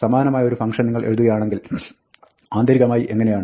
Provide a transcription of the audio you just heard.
സമാനമായ ഒരു ഫംഗ്ഷൻ നിങ്ങൾ എഴുതുകയാണെങ്കിൽ ആന്തരികമായി എങ്ങിനെയാണ്